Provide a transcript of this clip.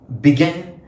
began